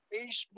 Facebook